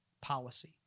policy